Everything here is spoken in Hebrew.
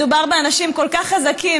מדובר באנשים כל כך חזקים,